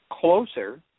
closer